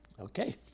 Okay